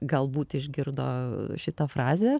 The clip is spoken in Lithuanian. galbūt išgirdo šitą frazę